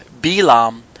Bilam